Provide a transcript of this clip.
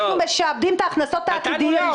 אנחנו משעבדים את ההכנסות העתידיות.